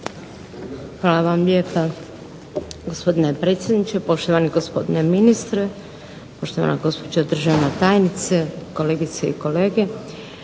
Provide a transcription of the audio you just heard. Hvala vam lijepa gospodine predsjedniče, poštovani gospodine ministre, poštovana gospođo državna tajnice, kolegice i kolege.